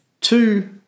two